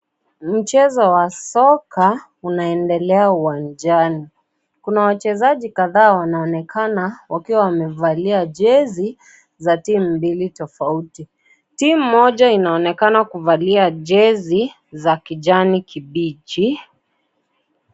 Mchezo wa soka unaendelea uwanjani. Kuna wachezaji kadhaa wanaonekana wakiwa wamevalia jezi za timu mbili tofauti. Timu moja inaonekana kuvalia jezi za kijani kibichi.